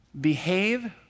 behave